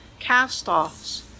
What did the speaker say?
castoffs